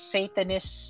Satanist